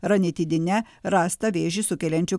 ranitidine rasta vėžį sukeliančių